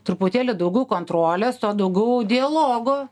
truputėlį daugiau kontrolės to daugiau dialogo